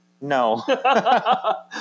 No